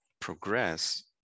progress